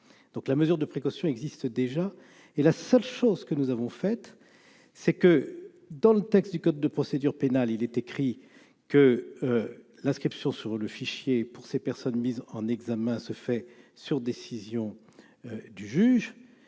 donc la mesure de précaution déjà et la seule chose que nous avons fait c'est que dans le texte du code de procédure pénale, il est écrit que l'inscription sur le fichier pour ces personnes mises en examen se fait sur décision du juge